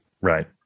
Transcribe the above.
Right